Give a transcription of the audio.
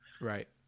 Right